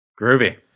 Groovy